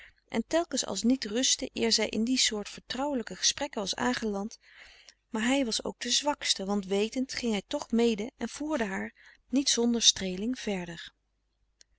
en telkens als niet rustte eer zij in die soort vertrouwelijke gesprekken was aangeland maar hij was ook de zwakste want wetend ging hij toch mede en voerde haar niet zonder streeling verder